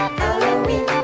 Halloween